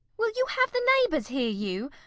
will you have the neighbours hear you?